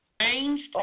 changed